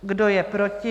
Kdo je proti?